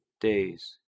days